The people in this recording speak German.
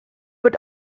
wird